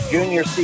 Junior